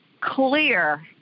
clear